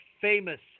Famous